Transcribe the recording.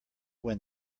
win